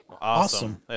Awesome